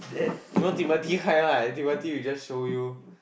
you know Timothy kind right Timothy will just show you